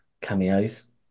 cameos